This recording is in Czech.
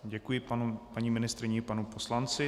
Děkuji paní ministryni i panu poslanci.